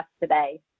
today